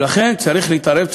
לכן צריך להתערב,